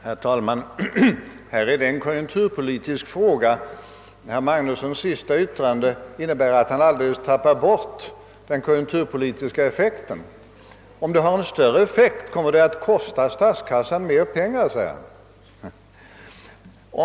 Herr talman! Här gäller det en konjunkturpolitisk fråga, men i sitt senaste yttrande tappade herr Magnusson i Borås alldeles bort den konjunkturpolitiska effekten. Om mittenpartiernas förslag har större effekt, så skulle det också kosta statskassan mera pengar, sade herr Magnusson.